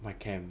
my camp